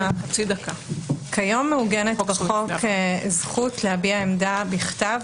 הזה --- כיום מעוגנת בחוק זכות להביע עמדה בכתב